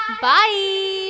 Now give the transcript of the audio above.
bye